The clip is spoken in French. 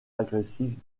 agressive